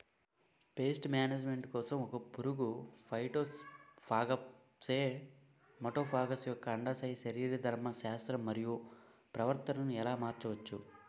Paste management కోసం ఒక పురుగు ఫైటోఫాగస్హె మటోఫాగస్ యెక్క అండాశయ శరీరధర్మ శాస్త్రం మరియు ప్రవర్తనను ఎలా మార్చచ్చు?